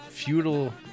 Feudal